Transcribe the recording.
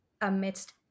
amidst